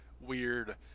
weird